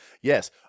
Yes